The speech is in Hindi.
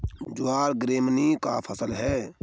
ज्वार ग्रैमीनी का फसल है